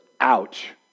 ouch